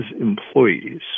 employees